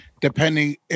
depending